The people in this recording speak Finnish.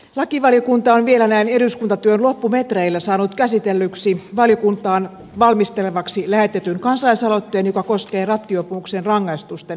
lakivaliokunta on vielä näin eduskuntatyön loppumetreillä saanut käsitellyksi valiokuntaan valmisteltavaksi lähetetyn kansalaisaloitteen joka koskee rattijuopumuksen rangaistusten tiukentamista